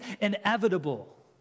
inevitable